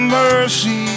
mercy